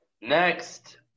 Next